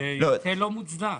זה היטל לא מוצדק.